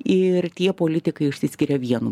ir tie politikai išsiskiria vienu